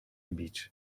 bić